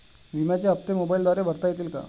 विम्याचे हप्ते मोबाइलद्वारे भरता येतील का?